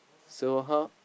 so how